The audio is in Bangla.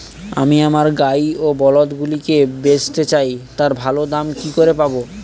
আমি আমার গাই ও বলদগুলিকে বেঁচতে চাই, তার ভালো দাম কি করে পাবো?